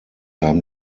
haben